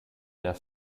der